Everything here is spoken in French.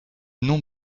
nom